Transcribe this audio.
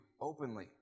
openly